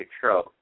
control